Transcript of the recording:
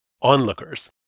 onlookers